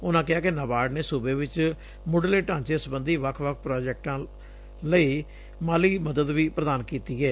ਉਨੂਾ ਕਿਹਾ ਕਿ ਨਾਬਾਰਡ ਨੇ ਸੁਬੇ ਵਿਚ ਮੁੱਢਲੇ ਢਾਂਚੇ ਸਬੰਧੀ ਵੱਖ ਵੱਖ ਪ੍ਾਜੈਕਟਾਂ ਲਈ ਮਾਲੀ ਮਦਦ ਵੀ ਪ੍ਦਾਨ ਕੀਤੀ ਏ